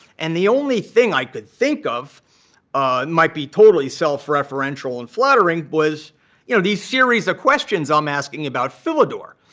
and the only thing i could think of and might be totally self-referential and flattering was you know these series of questions i'm asking about philidor.